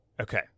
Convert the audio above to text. okay